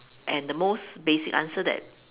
and the most basic answer that